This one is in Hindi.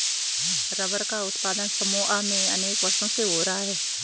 रबर का उत्पादन समोआ में अनेक वर्षों से हो रहा है